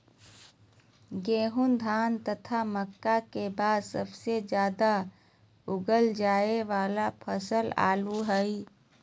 गेहूं, धान तथा मक्का के बाद सबसे ज्यादा उगाल जाय वाला फसल आलू हइ